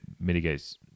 mitigates